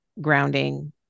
grounding